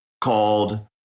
called